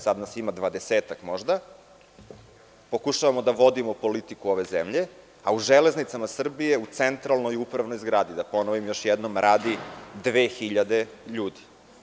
Sada nas ima dvadesetak možda, pokušavamo da vodimo politiku ove zemlje a u „Železnicama Srbije“ u centralnoj upravnoj zgradi, da ponovim još jednom radi 2.000 ljudi.